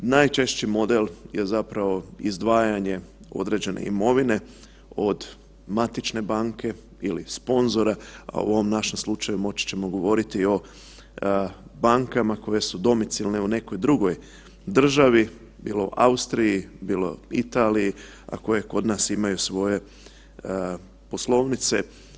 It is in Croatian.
Najčešći model je zapravo izdvajanje određene imovine od matične banke ili sponzora, a u ovom našem slučaju moći ćemo govoriti o bankama koje su domicilne u nekoj drugoj državi, bilo Austriji, bilo Italiji, a koje kod nas imaju svoje poslovnice.